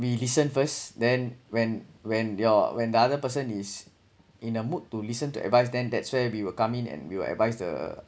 we listen first then when when your when the other person is in a mood to listen to advice then that's where we will come in and we will advise the